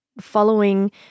following